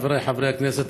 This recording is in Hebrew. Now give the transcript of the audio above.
חבריי חברי הכנסת,